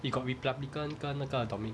you got republican 跟那个 domi~